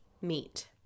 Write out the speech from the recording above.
meet